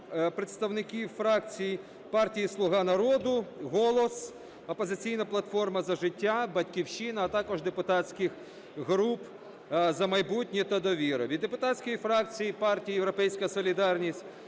представників фракції "Слуга народу", "Голос", "Опозиційна платформа - За життя", "Батьківщина", а також депутатських груп "За майбутнє" та "Довіра". Від депутатської фракції партії "Європейська солідарність"